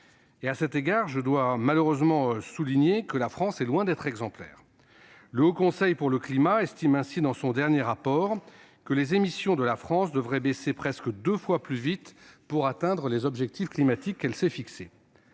À cet égard, je constate avec regret que la France est loin d'être exemplaire. Le Haut Conseil pour le climat estime ainsi dans son dernier rapport que les émissions de la France devraient baisser presque deux fois plus vite pour atteindre les objectifs climatiques qu'elle s'est fixés.